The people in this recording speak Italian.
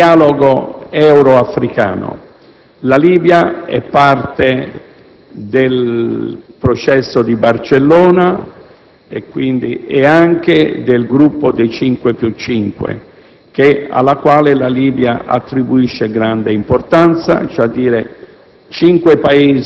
al dialogo euro-africano. La Libia è parte del processo di Barcellona e anche del Gruppo dei cinque più cinque, al quale la Libia attribuisce grande importanza. Si tratta,